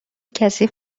کثیف